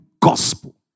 gospel